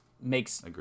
makes